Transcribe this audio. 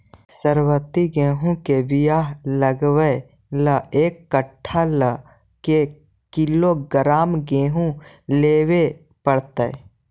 सरबति गेहूँ के बियाह लगबे ल एक कट्ठा ल के किलोग्राम गेहूं लेबे पड़तै?